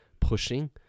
pushing